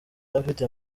afite